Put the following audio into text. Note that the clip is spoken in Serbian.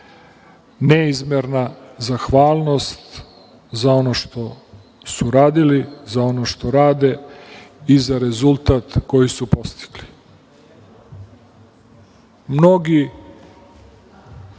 bore. Neizmerna zahvalnost za ono su uradili, za ono što rade i za rezultat koji su postigli. Mnogi